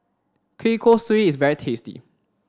Kueh Kosui is very tasty